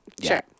Sure